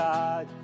God